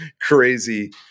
crazy